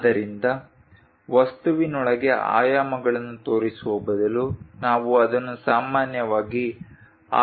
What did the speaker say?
ಆದ್ದರಿಂದ ವಸ್ತುವಿನೊಳಗೆ ಆಯಾಮಗಳನ್ನು ತೋರಿಸುವ ಬದಲು ನಾವು ಅದನ್ನು ಸಾಮಾನ್ಯವಾಗಿ ಆ ರೀತಿಯಲ್ಲಿ ತೋರಿಸುತ್ತೇವೆ